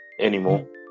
anymore